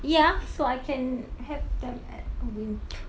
ya so I can have them wimp